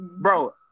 bro